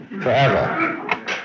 forever